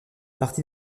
partie